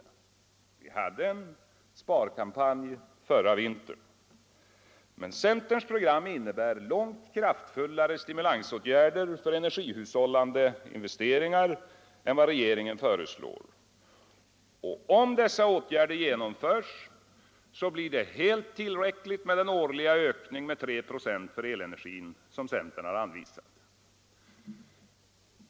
Vi förde visserligen en sparkampanj under förra vintern, men centerns program innebär långt kraftfullare stimulansåtgärder för energihushållande investeringar än vad regeringen nu föreslår. Om dessa åtgärder genomförs, blir det helt tillräckligt med den årliga ökning med 3 4 för elenergin som centern har anvisat.